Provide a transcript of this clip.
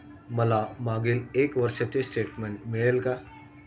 मला मागील एक वर्षाचे स्टेटमेंट मिळेल का?